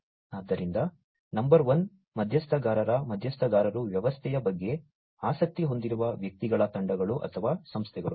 ಆದ್ದರಿಂದ number one ಮಧ್ಯಸ್ಥಗಾರರ ಮಧ್ಯಸ್ಥಗಾರರು ವ್ಯವಸ್ಥೆಯ ಬಗ್ಗೆ ಆಸಕ್ತಿ ಹೊಂದಿರುವ ವ್ಯಕ್ತಿಗಳ ತಂಡಗಳು ಅಥವಾ ಸಂಸ್ಥೆಗಳು